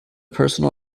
personal